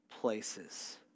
places